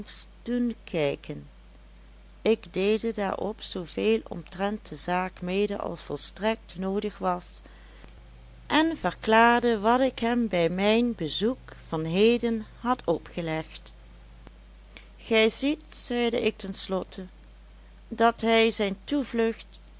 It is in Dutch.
doen kijken ik deelde daarop zooveel omtrent de zaak mede als volstrekt noodig was en verklaarde wat ik hem bij mijn bezoek van heden had opgelegd gij ziet zeide ik ten slotte dat hij zijn toevlucht